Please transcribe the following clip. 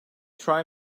try